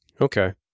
Okay